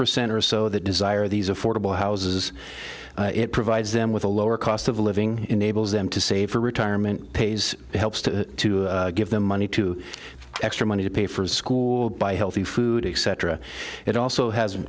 percent or so that desire these affordable houses it provides them with a lower cost of living enables them to save for retirement pays helps to give them money to extra money to pay for school by healthy food etc it also has